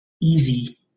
easy